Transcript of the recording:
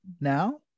now